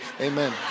Amen